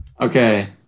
Okay